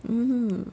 mmhmm